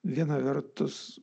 viena vertus